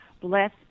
bless